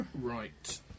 Right